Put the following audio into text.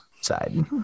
side